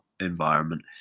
environment